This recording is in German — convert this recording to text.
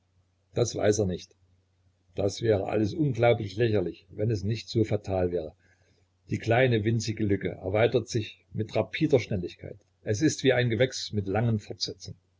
das weiß er nicht das wäre alles unglaublich lächerlich wenn es nicht so fatal wäre die kleine winzige lücke erweitert sich mit rapider schnelligkeit es ist wie ein gewächs mit langen fortsätzen